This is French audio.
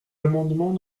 amendements